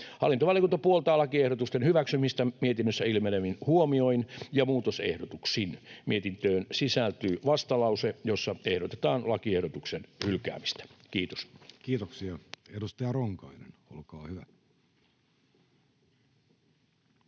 Hallintovaliokunta puoltaa lakiehdotusten hyväksymistä mietinnöstä ilmenevin huomioin ja muutosehdotuksin. Mietintöön sisältyy vastalause, jossa ehdotetaan lakiehdotuksen hylkäämistä. — Kiitos. [Speech 84] Speaker: